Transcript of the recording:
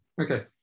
Okay